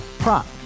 Prop